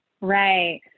Right